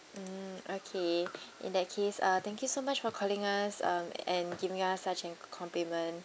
mm okay in that case uh thank you so much for calling us um and giving us such an compliment